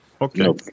Okay